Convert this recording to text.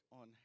on